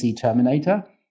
terminator